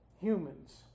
humans